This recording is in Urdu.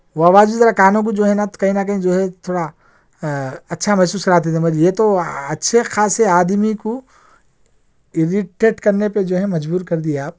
وہ آواز بھی ذرا کانوں کو جو ہے نہ کہیں نہ کہیں جو ہے تھوڑا اچھا محسوس کراتی تھی مگر یہ تو اچھے خاصے آدمی کو ارریٹیٹ کرنے پہ جو ہے مجبور کر دئیے آپ